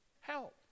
Help